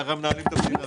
כך מנהלים את המדינה.